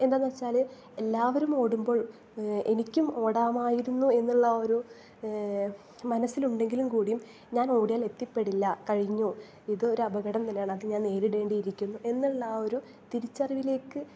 എന്താണെന്ന് വച്ചാൽ എല്ലാവരും ഓടുമ്പോൾ എനിക്കും ഓടാമായിരുന്നു എന്നുള്ള ഒരു മനസ്സിലുണ്ടെങ്കിലും കൂടിയും ഞാൻ ഓടിയാൽ എത്തിപ്പെടില്ല കഴിഞ്ഞു ഇത് ഒരു അപകടം തന്നെയാണ് അത് ഞാൻ നേരിടേണ്ടിയിരിക്കുന്നു എന്നുള്ള ആ ഒരു തിരിച്ചറിവിലേക്ക്